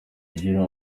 igira